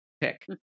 pick